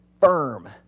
firm